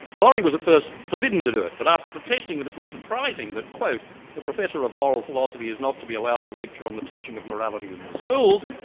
laurie was at first forbidden to do it, but after protesting that it was surprising that the professor of moral philosophy is not to be allowed to lecture on the teaching of morality in the schools